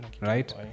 right